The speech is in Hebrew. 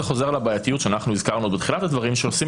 זה חוזר לבעייתיות שהזכרנו בתחילת הדברים שעושים